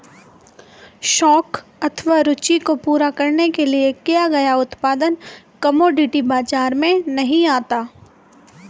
शौक अथवा रूचि को पूरा करने के लिए किया गया उत्पादन कमोडिटी बाजार में नहीं आता